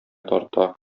тарта